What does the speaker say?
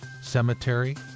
Cemetery